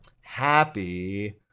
Happy